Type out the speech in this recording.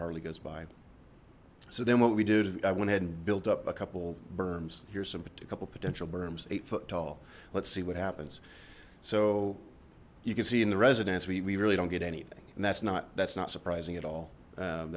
harley goes by so then what we did i went ahead and built up a couple berms here's some couple potential berms eight foot tall let's see what happens so you can see in the residence we really don't get anything and that's not that's not surprising at all